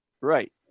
Right